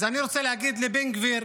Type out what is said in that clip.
אז אני רוצה להגיד לבן גביר